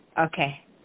Okay